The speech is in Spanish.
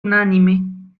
unánime